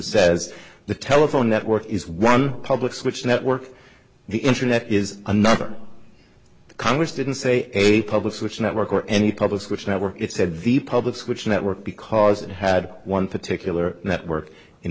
says the telephone network is one public switch network the internet is another congress didn't say a public switch network or any public switch network it said the public switch network because it had one particular network in